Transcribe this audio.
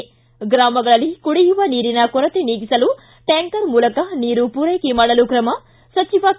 ಿಗ್ರಾಮಗಳಲ್ಲಿ ಕುಡಿಯುವ ನೀರಿನ ಕೊರತೆ ನಿಗಿಸಲು ಟ್ಯಾಂಕರ್ ಮೂಲಕ ನೀರು ಪೂರೈಕೆ ಮಾಡಲು ಕ್ರಮ ಸಚಿವ ಕೆ